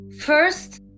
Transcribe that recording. First